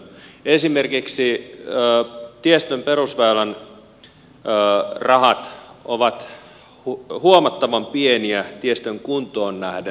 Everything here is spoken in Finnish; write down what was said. esimerkiksi tiestön perusväylän rahat ovat huomattavan pieniä tiestön kuntoon nähden